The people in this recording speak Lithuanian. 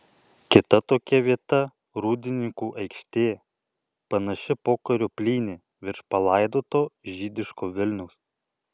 kita tokia vieta rūdninkų aikštė panaši pokario plynė virš palaidoto žydiško vilniaus